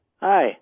Hi